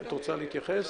יש התייחסות?